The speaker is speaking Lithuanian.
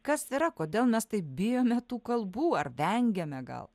kas yra kodėl mes taip bijome tų kalbų ar vengiame gal